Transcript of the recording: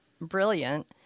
brilliant